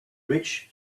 rich